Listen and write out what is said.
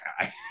guy